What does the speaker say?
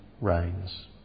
reigns